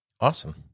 Awesome